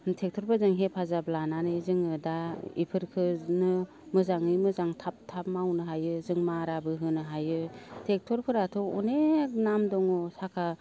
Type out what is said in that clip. ट्रेक्टरफोरजों हेफाजाब लानानै जोङो दा इफोरखोनो मोजाङै मोजां थाब थाब मावनो हायो जों माराबो होनो हायो ट्रेक्टरफोराथ' अनेख नाम दङ साखा